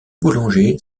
boulanger